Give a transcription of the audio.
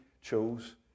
chose